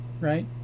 right